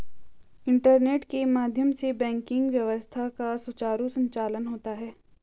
internet के माध्यम से बैंकिंग व्यवस्था का सुचारु संचालन होता है